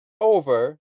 over